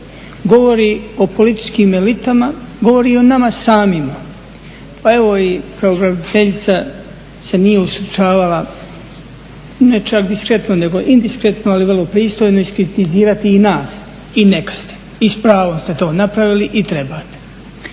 Govori o političkim elitama, govori i o nama samima. Pa evo i pravobraniteljica se nije ustručavala ne čak diskretno nego indiskretno, ali vrlo pristojno iskritizirati i nas i neka ste i s pravom ste to napravili i trebate.